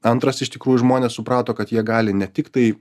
antras iš tikrųjų žmonės suprato kad jie gali ne tiktai